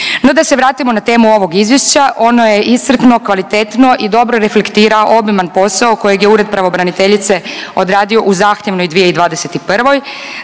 No, da se vratimo na temu ovoga izvješća. Ono je iscrpno, kvalitetno i dobro reflektira ogroman posao kojeg je ured pravobraniteljice odradio u zahtjevnoj 2021.,